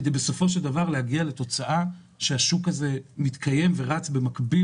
כדי שבסופו של דבר השוק הזה ירוץ במקביל